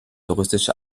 touristische